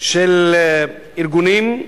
של ארגונים,